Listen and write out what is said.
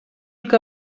que